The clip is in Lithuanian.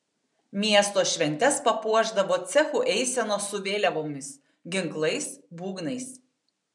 miesto šventes papuošdavo cechų eisenos su vėliavomis ginklais būgnais